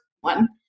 one